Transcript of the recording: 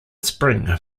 spring